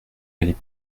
aller